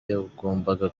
yagombaga